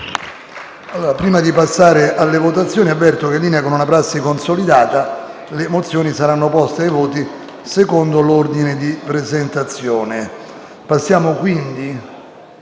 Prima di passare alla votazione, avverto che, in linea con una prassi consolidata, le mozioni saranno poste ai voti secondo l'ordine di presentazione. Passiamo alla